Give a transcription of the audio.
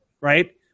Right